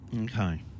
Okay